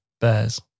bears